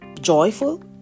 joyful